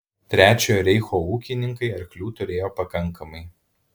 trečiojo reicho ūkininkai arklių turėjo pakankamai